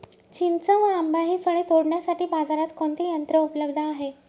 चिंच व आंबा हि फळे तोडण्यासाठी बाजारात कोणते यंत्र उपलब्ध आहे?